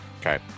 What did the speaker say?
Okay